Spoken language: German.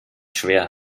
schwer